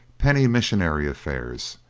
penny missionary affairs,